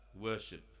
worship